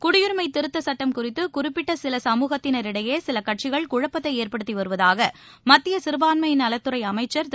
குடியரிமை திருத்தச் சுட்டம் குறித்து குறிப்பிட்ட ஒரு சில சமூகத்தினரிடையே சில கட்சிகள் குழப்பத்தை ஏற்படுத்தி வருவதாக மத்திய சிறுபான்மை நலத்துறை அமைச்சர் திரு